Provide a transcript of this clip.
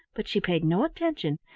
but she paid no attention,